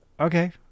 Okay